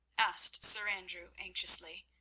asked sir andrew, anxiously.